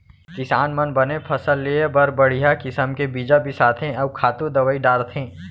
किसान मन बने फसल लेय बर बड़िहा किसम के बीजा बिसाथें अउ खातू दवई डारथें